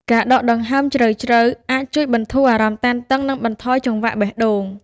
ការដកដង្ហើមជ្រៅៗអាចជួយបន្ធូរអារម្មណ៍តានតឹង និងបន្ថយចង្វាក់បេះដូង។